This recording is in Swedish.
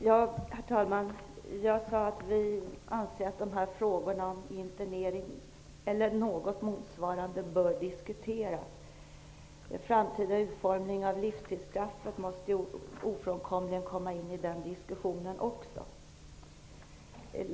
Herr talman! Jag sade att vi anser att frågorna om internering eller motsvarande bör diskuteras. En framtida utformning av livstidsstraffet måste ju ofrånkomligen också komma in i den diskussionen.